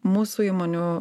mūsų įmonių